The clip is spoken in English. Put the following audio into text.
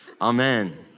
amen